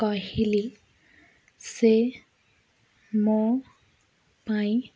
କହିଲି ସେ ମୋ ପାଇଁ